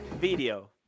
video